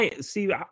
See